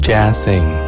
Jazzing